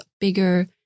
bigger